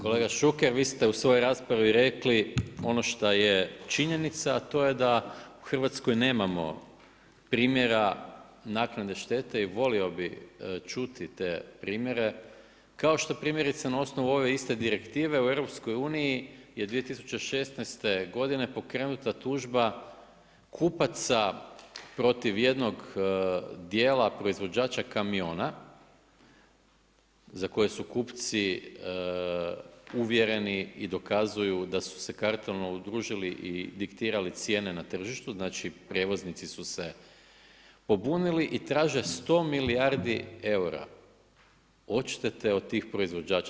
Kolega Šuker, vi ste u svojoj raspravi rekli ono šta je činjenice, a to je da u Hrvatskoj nemamo primjera naknade štete i volio bi čuti te primjere, kao što primjerice na osnovu ove iste direktive u EU-u je 2016. godine pokrenuta tužba kupaca protiv jednog djela proizvođača kamiona za koje su kupci uvjereni i dokazuju da su se kartalno udružili i diktirali cijene na tržištu, znači prijevoznici su se pobunili, i traže 100 milijardi eura odštete od tih proizvođača.